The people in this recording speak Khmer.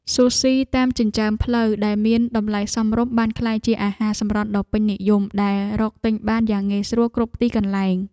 ស៊ូស៊ី តាមចិញ្ចើមផ្លូវដែលមានតម្លៃសមរម្យបានក្លាយជាអាហារសម្រន់ដ៏ពេញនិយមដែលរកទិញបានយ៉ាងងាយស្រួលគ្រប់ទីកន្លែង។